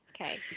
okay